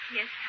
Yes